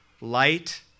light